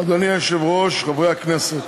אדוני היושב-ראש, חברי הכנסת,